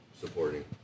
supporting